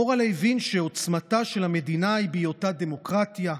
מורל'ה הבין שעוצמתה של המדינה היא בהיותה דמוקרטיה,